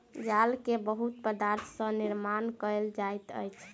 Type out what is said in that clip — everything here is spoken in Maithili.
जाल के बहुत पदार्थ सॅ निर्माण कयल जाइत अछि